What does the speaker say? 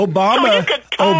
Obama